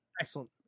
Excellent